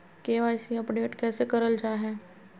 KYC update कैसे करल जाहै?